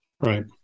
Right